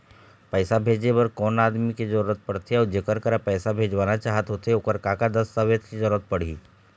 पैसा भेजे बार कोन कोन आदमी के जरूरत पड़ते अऊ जेकर करा पैसा भेजवाना चाहत होथे ओकर का का दस्तावेज के जरूरत पड़ही?